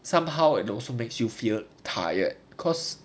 somehow it also makes you feel tired cause